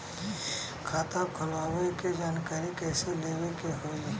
खाता खोलवावे के जानकारी कैसे लेवे के होई?